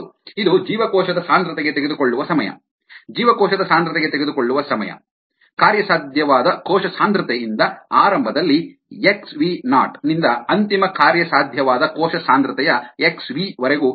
ಹೌದು ಇದು ಜೀವಕೋಶದ ಸಾಂದ್ರತೆಗೆ ತೆಗೆದುಕೊಳ್ಳುವ ಸಮಯ ಜೀವಕೋಶದ ಸಾಂದ್ರತೆಗೆ ತೆಗೆದುಕೊಳ್ಳುವ ಸಮಯ ಕಾರ್ಯಸಾಧ್ಯವಾದ ಕೋಶ ಸಾಂದ್ರತೆಯಿಂದ ಆರಂಭದಲ್ಲಿ xv0 ನಿಂದ ಅಂತಿಮ ಕಾರ್ಯಸಾಧ್ಯವಾದ ಕೋಶ ಸಾಂದ್ರತೆಯ xv ವರೆಗೂ